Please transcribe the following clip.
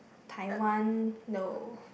Taiwan no